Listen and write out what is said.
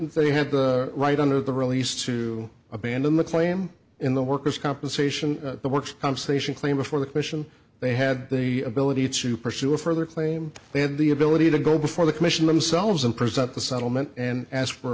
they had the right under the release to abandon the claim in the workers compensation the works on station claim before the commission they had the ability to pursue a further claim they had the ability to go before the commission themselves and present the settlement and ask for